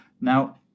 Now